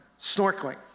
snorkeling